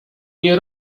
nie